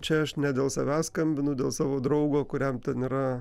čia aš ne dėl savęs skambinu dėl savo draugo kuriam ten yra